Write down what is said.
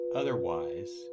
otherwise